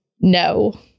no